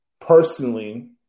personally